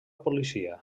policia